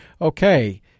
Okay